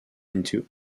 into